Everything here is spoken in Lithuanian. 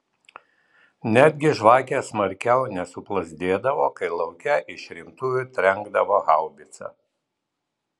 netgi žvakės smarkiau nesuplazdėdavo kai lauke iš rimtųjų trenkdavo haubica